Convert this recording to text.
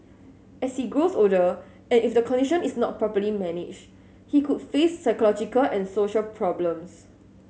as he grows older and if the condition is not properly managed he could face psychological and social problems